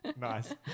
Nice